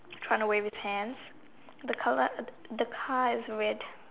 trying run away with hands the color the car is red